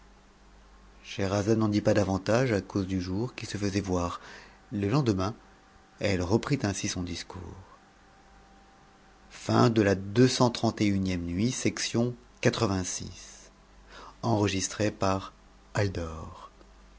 ilssheherazade n'en dit pas davantage à cause du jour qui se faisait yon le lendemain cuc reprit ainsi son discours